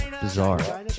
Bizarre